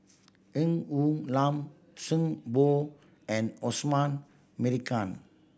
Ng Woon Lam Zhang Bohe and Osman Merican